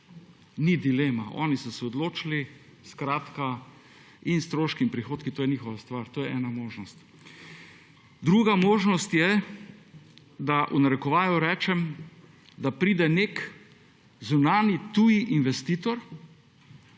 Ni dilema, oni so se odločili, skratka in stroški in prihodki, to je njihova stvar, to je ena možnost. Druga možnost je, da v narekovaju rečem, da pride nek zunanji, tuji investitor,